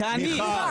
תעני.